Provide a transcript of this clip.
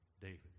David